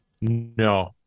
no